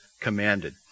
commanded